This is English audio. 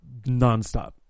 nonstop